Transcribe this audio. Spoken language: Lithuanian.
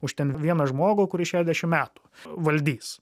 už ten vieną žmogų kuris šešiasdešimt metų valdys